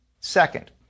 Second